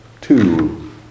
two